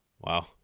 Wow